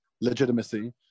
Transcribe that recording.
legitimacy